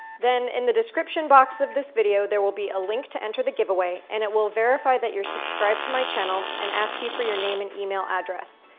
then in the description box of this video, there will be a link to enter the giveaway and it will verify that you're subscribed to my channel and ask you for your name and email address.